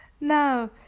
Now